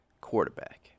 quarterback